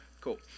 Cool